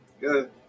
Good